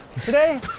Today